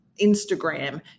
Instagram